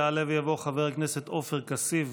יעלה ויבוא חבר הכנסת עופר כסיף,